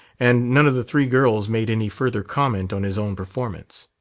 and none of the three girls made any further comment on his own performance.